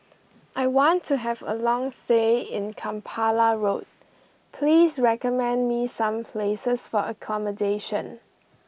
I want to have a long stay in Kampala Road please recommend me some places for accommodation